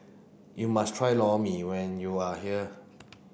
you must try Lor Mee when you are here